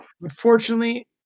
Unfortunately